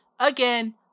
Again